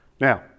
Now